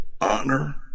honor